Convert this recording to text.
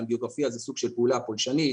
אנגיוגרפיה זה סוג של פעולה פולשנית.